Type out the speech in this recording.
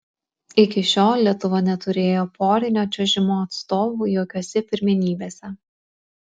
iki šiol lietuva neturėjo porinio čiuožimo atstovų jokiose pirmenybėse